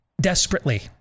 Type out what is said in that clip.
desperately